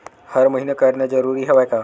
हर महीना करना जरूरी हवय का?